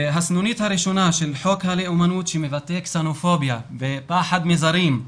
הסנונית הראשונה של חוק הלאומניות שמבטא קסנופוביה ופחד מזרים,